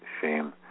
shame